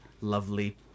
lovely